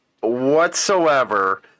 whatsoever